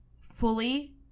fully